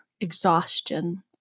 exhaustion